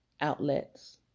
outlets